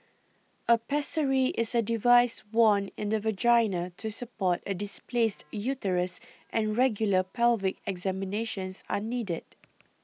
a pessary is a device worn in the vagina to support a displaced uterus and regular pelvic examinations are needed